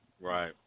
right